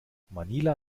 manila